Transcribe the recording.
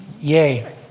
Yay